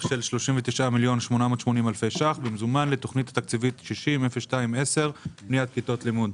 של 39,880,000 ₪ במזומן לתכנית התקציבית 600210 לבניית כיתות לימוד.